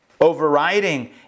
overriding